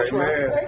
Amen